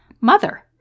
Mother